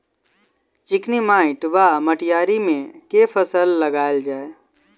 चिकनी माटि वा मटीयारी मे केँ फसल लगाएल जाए?